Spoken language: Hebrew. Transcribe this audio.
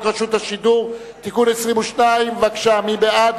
רשות השידור (תיקון מס' 22). מי בעד?